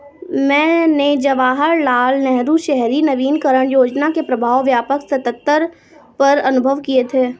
मैंने जवाहरलाल नेहरू शहरी नवीनकरण योजना के प्रभाव व्यापक सत्तर पर अनुभव किये थे